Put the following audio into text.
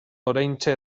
oraintxe